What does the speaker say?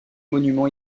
monument